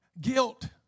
guilt